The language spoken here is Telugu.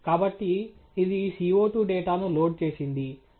కాబట్టి ఇది CO2 డేటాను లోడ్ చేసింది